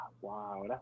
wow